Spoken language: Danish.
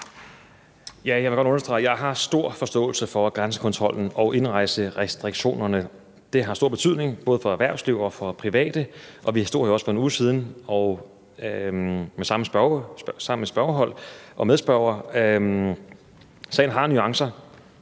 Jeg vil godt understrege, at jeg har stor forståelse for, at grænsekontrollen og indrejserestriktionerne har stor betydning både for erhvervslivet og for private. Vi stod jo også for 1 uge siden med samme spørger og medspørger. Sagen har nuancer.